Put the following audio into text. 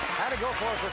had to go for